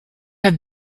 have